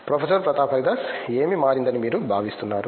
professor Pratap Haridas ఏమి మారిందని మీరు భావిస్తున్నారు